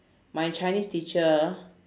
my chinese teacher